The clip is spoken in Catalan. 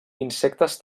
insectes